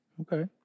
Okay